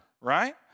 right